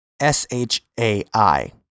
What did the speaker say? S-H-A-I